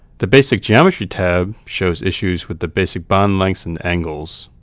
the basic geometry tab shows issues with the basic bond lengths and angles.